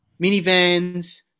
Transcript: minivans